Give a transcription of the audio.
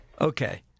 Okay